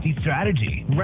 strategy